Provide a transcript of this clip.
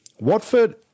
Watford